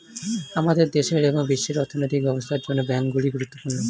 আমাদের দেশের এবং বিশ্বের অর্থনৈতিক ব্যবস্থার জন্য ব্যাংকগুলি গুরুত্বপূর্ণ